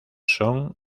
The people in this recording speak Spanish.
son